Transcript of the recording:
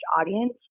audience